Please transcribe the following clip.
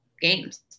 games